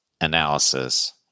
analysis